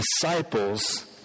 disciples